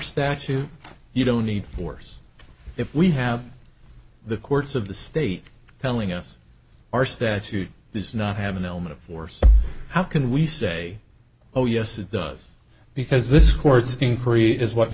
statute you don't need force if we have the courts of the state telling us our statute does not have an element of force how can we say oh yes it does because this